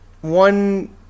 one